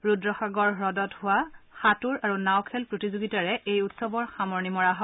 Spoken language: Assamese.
ৰুদ্ৰসাগৰ হুদত হোৱা সাঁতুৰ আৰু নীও খেল প্ৰতিযোগিতাৰে এই উৎসৱৰ সামৰণি মৰা হয়